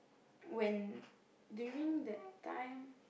when during that time